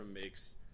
makes